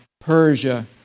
Persia